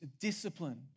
discipline